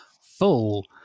full